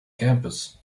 campus